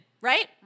Right